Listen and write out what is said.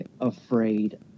afraid